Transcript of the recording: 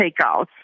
takeout